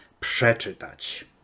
przeczytać